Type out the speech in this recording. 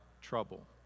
trouble